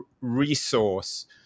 resource